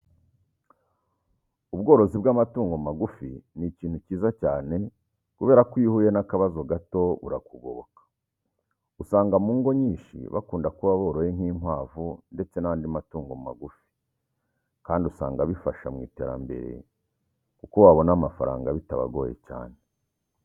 Ubworozi bw'amatungo magufi ni ikintu cyiza cyane kubera ko iyo uhuye n'akabazo gato burakugoboka. Usanga mu ngo nyinshi bakunda kuba boroye nk'inkwavu ndetse n'andi matungo magufi kandi usanga bifasha mu iterambere kuko babona amafaranga bitabagoye cyane.